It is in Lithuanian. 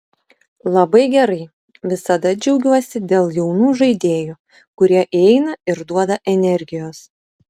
labai gerai visada džiaugiuosi dėl jaunų žaidėjų kurie įeina ir duoda energijos